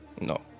No